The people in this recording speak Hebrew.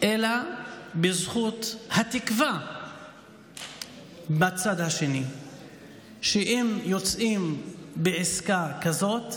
אלא בזכות התקווה בצד השני שאם יוצאים בעסקה כזאת,